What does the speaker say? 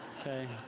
okay